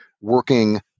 working